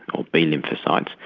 or b-lymphocytes,